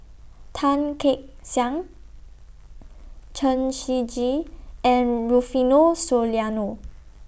Tan Kek Hiang Chen Shiji and Rufino Soliano